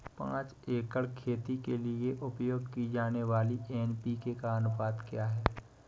पाँच एकड़ खेत के लिए उपयोग की जाने वाली एन.पी.के का अनुपात क्या है?